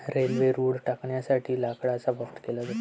railway रुळ टाकण्यासाठी लाकडाचा वापर केला जातो